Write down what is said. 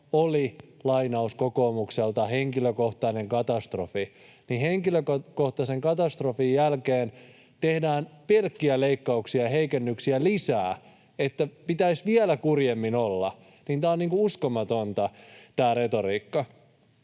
oli — lainaus kokoomukselta — ”henkilökohtainen katastrofi”. Kun henkilökohtaisen katastrofin jälkeen tehdään pelkkiä leikkauksia ja heikennyksiä lisää, että pitäisi vielä kurjemmin olla, niin on uskomatonta